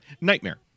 Nightmare